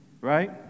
right